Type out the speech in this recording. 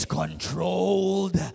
controlled